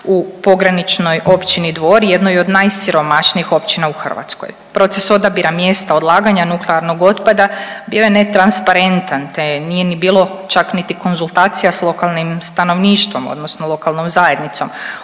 u pograničnoj općini Dvor, jednoj od najsiromašnijih općina u Hrvatskoj. Proces odabira mjesta odlaganja nuklearnog otpada bio je netransparentan te nije ni bilo čak niti konzultacija s lokalnim stanovništvom odnosno lokalnom zajednicom.